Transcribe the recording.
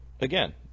again